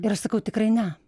ir aš sakau tikrai ne